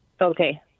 okay